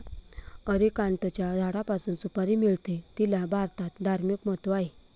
अरिकानटच्या झाडापासून सुपारी मिळते, तिला भारतात धार्मिक महत्त्व आहे